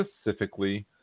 Specifically